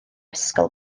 ysgol